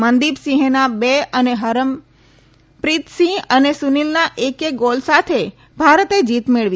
મનદીપ સિંહેના બે અને હરમપ્રીતસિં હ અને સુની લના એક એક ગોલ સાથે ભારતે જીત મેળવી